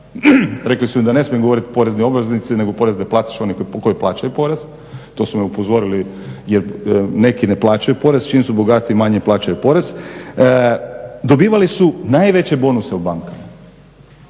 rekli su mi da ne smijem govoriti porezni obveznici nego porezne platiše oni koji plaćaju porez to su me upozorili jer neki ne plaćaju porez, čim su bogatiji manje plaćaju porez, dobivali su najveće bonuse u bankama.